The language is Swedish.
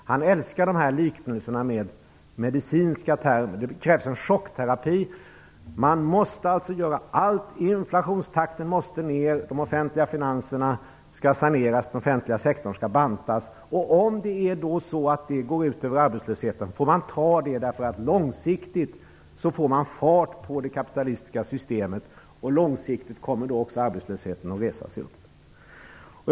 Han älskar liknelser och använder gärna medicinska termer - det krävs chockterapi. Man måste alltså göra allt. Inflationstakten måste tas ner. De offentliga finanserna skall saneras. Den offentliga sektorn skall bantas. Om det går ut över arbetslösheten får man ta det, därför att långsiktigt får man fart på det kapitalistiska systemet. Långsiktigt kommer då också arbetslösheten att så att säga resa sig upp.